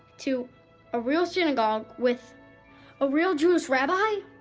to a real synagogue? with a real jewish rabbi?